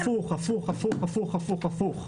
הפוך, הפוך, הפוך, הפוך.